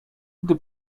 gdy